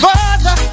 Father